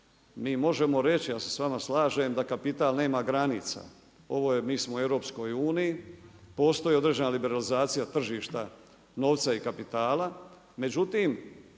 Mi možemo reći, da se s vama slažem da kapital nema granica. Ovo je, mi smo u EU. Postoji određena liberalizacija tržišta novca i kapitala.